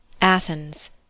Athens